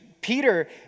Peter